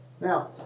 Now